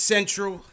Central